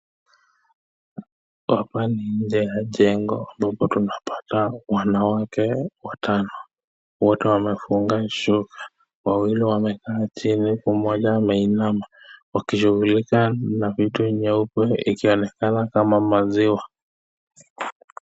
Hapa ni nje ya jengo ambapo tunapata wanawake watano, wote wamefunga shuka, wawili wamekaa chini mmoja ameinama wakishughulika na vitu nyeupe ikionekana kama maziwa.